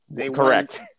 Correct